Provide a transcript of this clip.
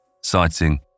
citing